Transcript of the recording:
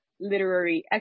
literary